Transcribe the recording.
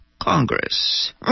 Congress